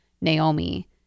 Naomi